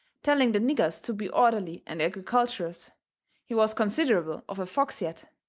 telling the niggers to be orderly and agriculturous he was considerable of a fox yet.